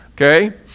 Okay